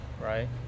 right